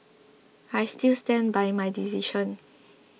I still stand by my decision